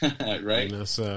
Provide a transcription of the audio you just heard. Right